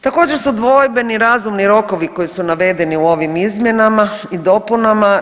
Također su dvojbeni razumni rokovi koji su navedeni u ovim izmjenama i dopunama.